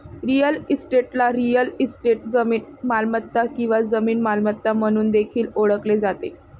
real इस्टेटला real estate, जमीन मालमत्ता किंवा जमीन मालमत्ता म्हणून देखील ओळखले जाते